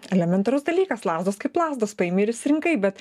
elementarus dalykas lazdos kaip lazdos paimi ir išsirinkai bet